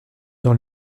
dans